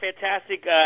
fantastic